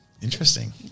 Interesting